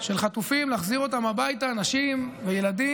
של חטופים ולהחזיר אותם הביתה, נשים וילדים,